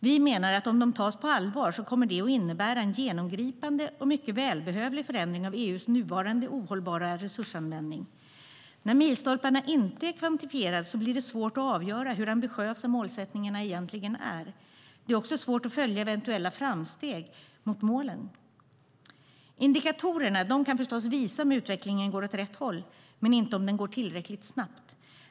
Vi menar att om de tas på allvar kommer det att innebära en genomgripande och mycket välbehövlig förändring av EU:s nuvarande ohållbara resursanvändning. När milstolparna inte är kvantifierade blir det svårt att avgöra hur ambitiösa målsättningarna egentligen är. Det är också svårt att följa eventuella framsteg mot målen. Indikatorerna kan förstås visa om utvecklingen går åt rätt håll, men inte om den går tillräckligt snabbt.